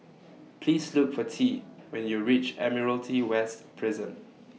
Please Look For Tea when YOU REACH Admiralty West Prison